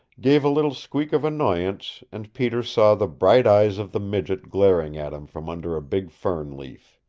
gave a little squeak of annoyance, and peter saw the bright eyes of the midget glaring at him from under a big fern leaf.